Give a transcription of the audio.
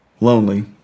lonely